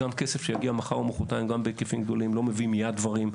גם כסף שנכנס מחר או מוחרתיים לא מביא מיד דברים,